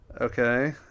Okay